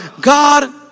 God